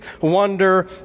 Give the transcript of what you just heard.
wonder